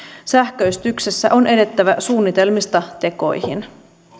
sähköistyksessä on edettävä suunnitelmista tekoihin